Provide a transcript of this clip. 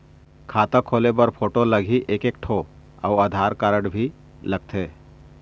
खाता खोले बर फोटो लगही एक एक ठो अउ आधार कारड भी लगथे?